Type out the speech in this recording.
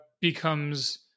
becomes